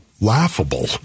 laughable